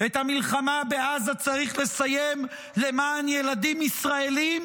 את המלחמה בעזה צריך לסיים למען ילדים ישראלים,